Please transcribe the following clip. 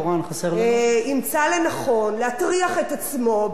ימצא לנכון להטריח את עצמו ביום שכזה,